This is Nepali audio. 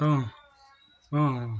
अँ अँ